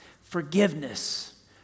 Forgiveness